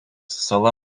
sala